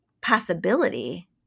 possibility